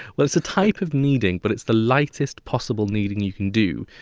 but it's a type of kneading, but it's the lightest possible kneading you can do.